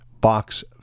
Box